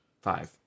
Five